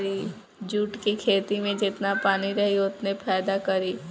jute के खेती में जेतना पानी रही ओतने फायदा करी